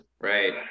right